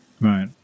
Right